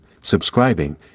subscribing